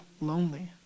lonely